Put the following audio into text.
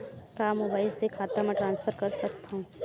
का मोबाइल से खाता म ट्रान्सफर कर सकथव?